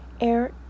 Air